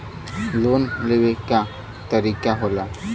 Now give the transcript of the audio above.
Loan लेवे क तरीकाका होला?